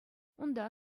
унта